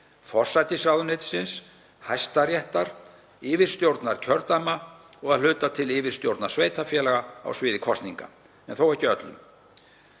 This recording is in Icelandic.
forsætisráðuneytisins, Hæstaréttar, yfirstjórnar kjördæma og að hluta til yfirstjórnar sveitarfélaga á sviði kosninga, en þó ekki öllum.